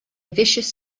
vicious